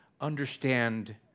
understand